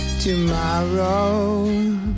Tomorrow